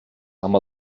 amb